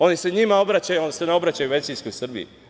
Oni se njima obraćaju, ali se ne obraćaju većinskoj Srbiji.